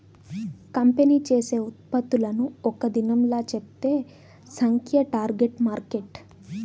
company చేసే ఉత్పత్తులను ఒక్క దినంలా చెప్పే సంఖ్యే టార్గెట్ మార్కెట్